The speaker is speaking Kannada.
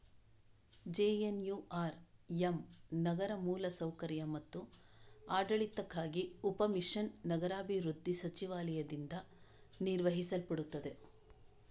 ಜೆ.ಎನ್.ಯು.ಆರ್.ಎಮ್ ನಗರ ಮೂಲ ಸೌಕರ್ಯ ಮತ್ತು ಆಡಳಿತಕ್ಕಾಗಿ ಉಪ ಮಿಷನ್ ನಗರಾಭಿವೃದ್ಧಿ ಸಚಿವಾಲಯದಿಂದ ನಿರ್ವಹಿಸಲ್ಪಡುತ್ತದೆ